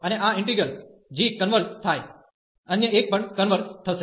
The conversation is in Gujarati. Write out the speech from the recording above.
અને આ ઈન્ટિગ્રલ g કન્વર્ઝ થાય અન્ય એક પણ કન્વર્ઝ થશે